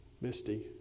Misty